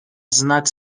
znak